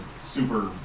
super